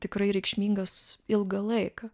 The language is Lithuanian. tikrai reikšmingas ilgą laiką